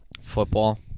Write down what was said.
Football